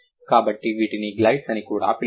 కాబట్టి వీటిని గ్లైడ్స్ అని కూడా పిలుస్తారు